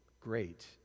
great